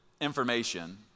information